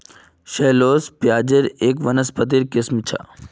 shallots प्याज़ेर एक वानस्पतिक किस्म छ